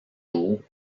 jours